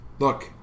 Look